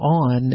on